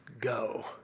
go